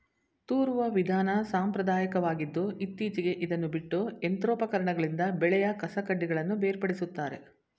ತೂರುವ ವಿಧಾನ ಸಾಂಪ್ರದಾಯಕವಾಗಿದ್ದು ಇತ್ತೀಚೆಗೆ ಇದನ್ನು ಬಿಟ್ಟು ಯಂತ್ರೋಪಕರಣಗಳಿಂದ ಬೆಳೆಯ ಕಸಕಡ್ಡಿಗಳನ್ನು ಬೇರ್ಪಡಿಸುತ್ತಾರೆ